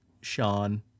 Sean